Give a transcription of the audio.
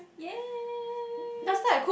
!yay!